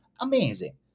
amazing